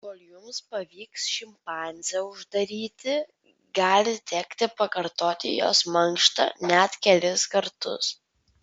kol jums pavyks šimpanzę uždaryti gali tekti pakartoti jos mankštą net kelis kartus